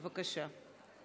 בבקשה.